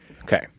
Okay